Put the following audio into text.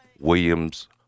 Williams